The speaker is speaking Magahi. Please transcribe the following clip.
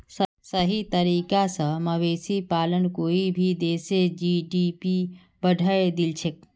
सही तरीका स मवेशी पालन कोई भी देशेर जी.डी.पी बढ़ैं दिछेक